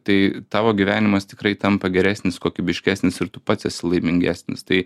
tai tavo gyvenimas tikrai tampa geresnis kokybiškesnis ir tu pats esi laimingesnis tai